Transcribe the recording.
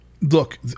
Look